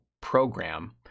program